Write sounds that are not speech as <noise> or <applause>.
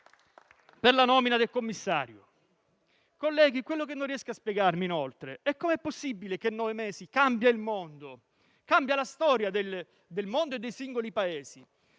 per la nomina del commissario. <applause> Colleghi, quello che non riesco a spiegarmi, inoltre, è come sia possibile che in nove mesi cambia il mondo; cambia la storia del mondo e dei singoli Paesi;